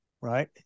right